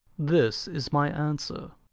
this is my answer.